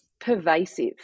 pervasive